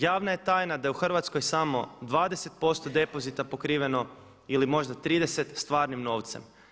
Javna je tajna da je u Hrvatskoj samo 20% depozita pokriveno ili možda 30 stvarnim novcem.